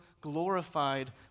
glorified